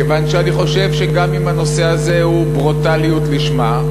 כיוון שאני חושב שגם אם המקרה הזה הוא ברוטליות לשמה,